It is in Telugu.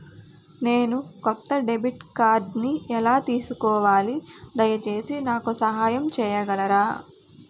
నేను కొత్త డెబిట్ కార్డ్ని ఎలా తీసుకోవాలి, దయచేసి నాకు సహాయం చేయగలరా?